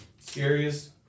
Scariest